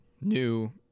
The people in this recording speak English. new